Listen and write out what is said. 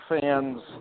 fans